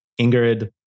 Ingrid